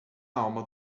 alma